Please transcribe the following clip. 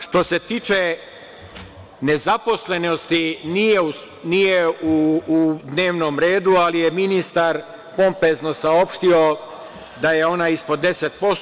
Što se tiče nezaposlenosti nije u dnevnom redu, ali je ministar pompezno saopštio da je ona ispod 10%